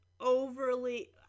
overly